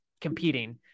competing